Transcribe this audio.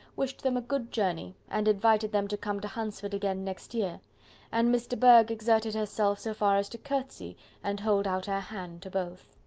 wished them a good journey, and invited them to come to hunsford again next year and miss de bourgh exerted herself so far as to curtsey and hold out her hand to both.